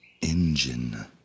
Engine